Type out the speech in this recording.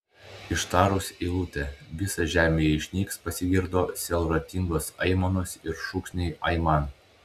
ištarus eilutę visa žemėje išnyks pasigirdo sielvartingos aimanos ir šūksniai aiman